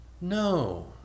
No